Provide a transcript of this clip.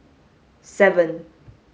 seven